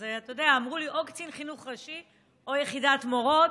אז אמרו לי: או קצין חינוך ראשי או יחידת מורות.